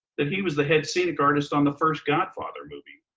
that he was the head scenic artist on the first godfather movie.